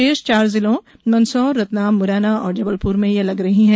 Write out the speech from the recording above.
शेष चार जिले मंदसौर रतलाम मुरैना और जबलपुर में लग रही हैं